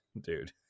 dude